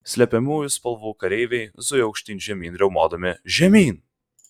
slepiamųjų spalvų kareiviai zuja aukštyn žemyn riaumodami žemyn